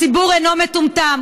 הציבור אינו מטומטם.